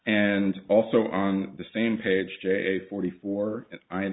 and also on the same page a forty four and i